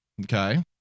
Okay